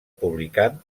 publicant